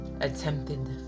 attempted